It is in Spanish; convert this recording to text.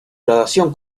graduación